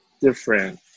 different